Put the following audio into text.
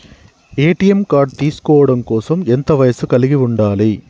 ATM card తీసుకోవడం కోసం ఎంత వయస్సు కలిగి ఉండాలి?